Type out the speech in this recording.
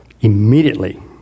Immediately